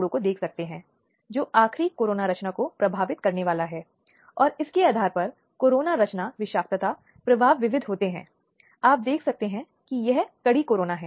उन सभी को अनिवार्य रूप से दुर्व्यवहार के किसी भी उदाहरण की सूचना देने की आवश्यकता के तहत अनिवार्य है यदि यह उनके ध्यान में आता है